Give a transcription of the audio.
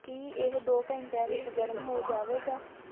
ਕੀ ਇਹ ਦੋ ਘੰਟਿਆਂ ਵਿੱਚ ਗਰਮ ਹੋ ਜਾਵੇਗਾ